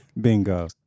Bingo